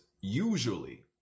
usually